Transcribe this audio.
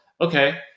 okay